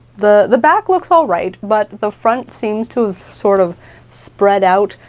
the the back looks all right, but the front seems to have sort of spread out,